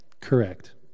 Correct